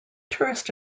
tourist